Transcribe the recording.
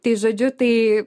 tai žodžiu tai